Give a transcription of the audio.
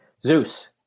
Zeus